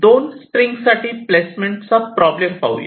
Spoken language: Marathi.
दोन स्प्रिंग साठी प्लेसमेंट प्रॉब्लेम पाहूया